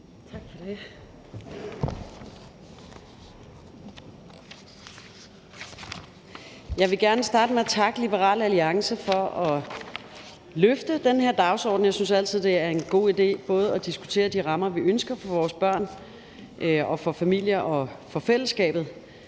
Tak for det. Jeg vil gerne starte med at takke Liberal Alliance for at løfte den her dagsorden. Jeg synes altid, det er en god idé at diskutere de rammer, vi ønsker både for vores børn og for familier og for fællesskabet.